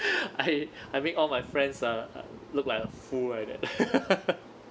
I I make all my friends uh look like a fool like that